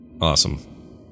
Awesome